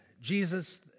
Jesus